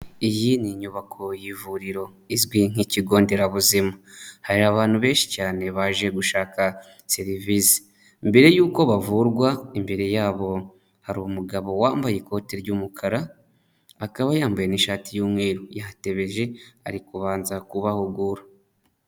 Iyi ni inyubako y'ivuriro, izwi nk'ikigo nderabuzima, hari abantu benshi cyane baje gushaka serivisi, mbere yuko bavurwa, imbere yabo hari umugabo wambaye ikoti ry'umukara, akaba yambaye ishati y'umweru, yatebeje ari kubanza kubahugura.